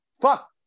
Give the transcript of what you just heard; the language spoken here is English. fuck